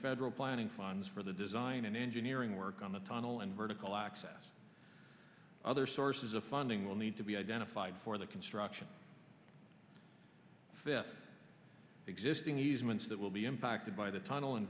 federal planning funds for the design and engineering work on the tunnel and vertical access other sources of funding will need to be identified for the construction fifty existing easements it will be impacted by the tunnel and